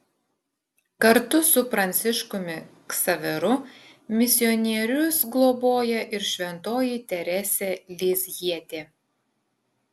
kartu su pranciškumi ksaveru misionierius globoja ir šventoji teresė lizjietė